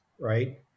right